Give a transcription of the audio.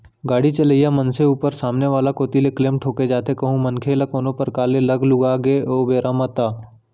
गाड़ी चलइया मनसे ऊपर सामने वाला कोती ले क्लेम ठोंके जाथे कहूं मनखे ल कोनो परकार ले लग लुगा गे ओ बेरा म ता